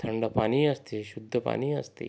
थंड पाणी असते शुद्ध पाणी असते